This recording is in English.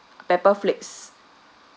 pepper flakes